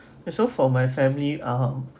so for my family um